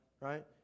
right